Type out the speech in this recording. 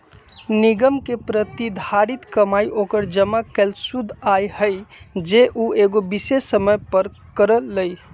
निगम के प्रतिधारित कमाई ओकर जमा कैल शुद्ध आय हई जे उ एगो विशेष समय पर करअ लई